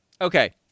okay